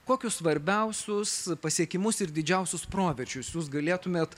kokius svarbiausius pasiekimus ir didžiausius proveržius jūs galėtumėt